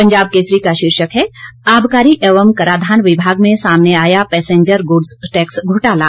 पंजाब केसरी का शीर्षक है आबकारी एवं कराधान विभाग में सामने आया पैसेंजर गुड्स टैक्स घोटाला